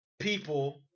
people